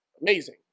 amazing